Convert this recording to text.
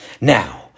Now